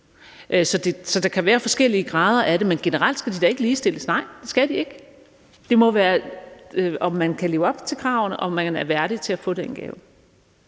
Så der kan være forskellige grader, men nej, generelt skal de da ikke ligestilles. Det skal de ikke. Det må komme an på, om man kan leve op til kravene, og om man er værdig til at få den gave.